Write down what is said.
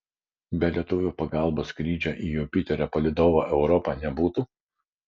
be lietuvių pagalbos skrydžio į jupiterio palydovą europą nebūtų